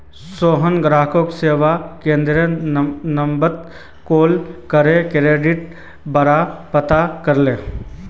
सोहन ग्राहक सेवा केंद्ररेर नंबरत कॉल करे क्रेडिटेर बारा पता करले